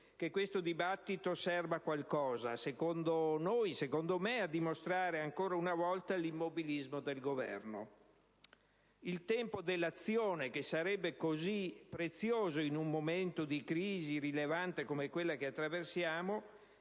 che questo dibattito serva a qualcosa: secondo me a dimostrare ancora una volta l'immobilismo del Governo. Il tempo dell'azione, che sarebbe così prezioso in un momento di crisi rilevante come quella che attraversiamo,